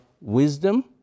wisdom